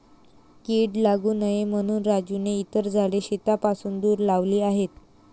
कीड लागू नये म्हणून राजूने इतर झाडे शेतापासून दूर लावली आहेत